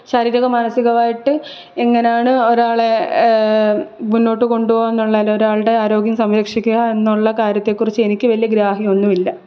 ശാരീരികമോ മാനസികമോ ആയിട്ട് എങ്ങനെയാണ് ഒരാളെ മുന്നോട്ട് കൊണ്ടുപോവുക എന്നുള്ളതിന് ഒരാളുടെ ആരോഗ്യം സംരക്ഷിക്കുക എന്നുള്ള കാര്യത്തെക്കുറിച്ച് എനിക്ക് വലിയ ഗ്രാഹ്യം ഒന്നുമില്ല